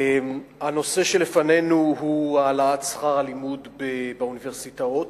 הנושא שלפנינו הוא העלאת שכר הלימוד באוניברסיטאות.